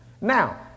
Now